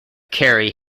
carey